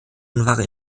unwahre